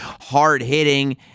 hard-hitting